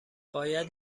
باید